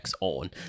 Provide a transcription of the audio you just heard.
on